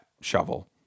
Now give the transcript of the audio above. shovel